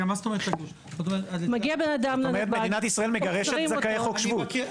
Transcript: כלומר מדינת ישראל מגרשת זכאי חוק שבות.